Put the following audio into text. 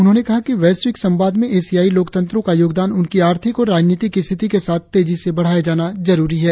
उन्होने कहा कि वैश्विक संवाद में एशियाई लोकतंत्रो का योगदान उनकी आर्थिक और राजनीतिक स्थिति के साथ तेजी से बढ़ाया जाना जरुरी है